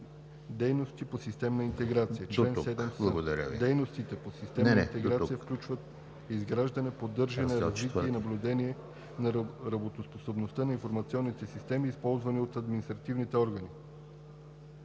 Дейности по системна интеграция Чл. 7с. Дейностите по системна интеграция включват изграждане, поддържане, развитие и наблюдение на работоспособността на информационните системи, използвани от административните органи.“